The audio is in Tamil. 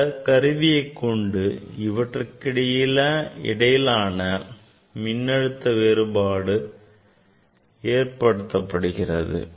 இந்த கருவியை கொண்டு இவற்றுக்கிடையிலான மின்னழுத்த வேறுபாடு ஏற்படுத்தப்படுகிறது